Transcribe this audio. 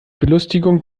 belustigung